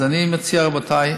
אז אני מציע, רבותיי,